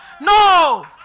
No